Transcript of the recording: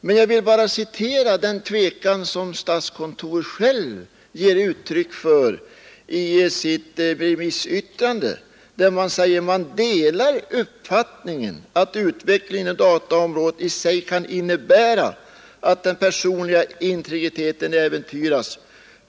Men jag vill gärna citera den tvekan som statskontoret ger uttryck för i sitt remissvar, där man säger följande: ”Statskontoret delar uppfattningen att utvecklingen inom dataområdet i sig kan innebära att den personliga integriteten äventyras.